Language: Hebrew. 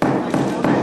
הבחירות,